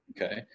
Okay